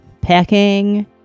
packing